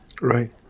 right